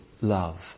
love